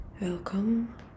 welcome